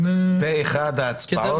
זו אחת ההצבעות על טהרת האופוזיציה.